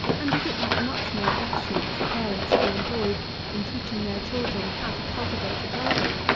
and is it not much more rational for parents to be employed in teaching their children how to cultivate a garden,